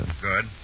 Good